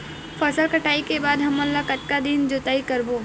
फसल कटाई के बाद हमन कतका दिन जोताई करबो?